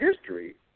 history